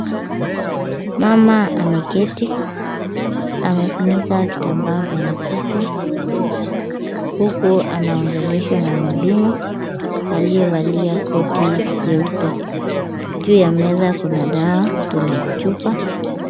Mama ameketi. Amefunika kitambaa kwenye kichwa huku anaongeleshwa na mhudumu aliyevalia koti jeupe. Juu ya meza kuna dawa kwenye chupa.